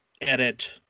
edit